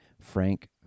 Frank